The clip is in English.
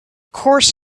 course